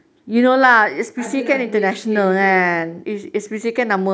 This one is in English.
ada lah duit sikit gitu lah